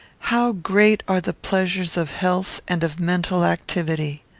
how great are the pleasures of health and of mental activity!